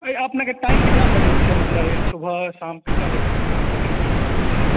अरे अपनेके टाइम कितना बजे छै मतलब सुबह शाम के कितना बजे अहाँके कोचिंग के